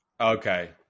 Okay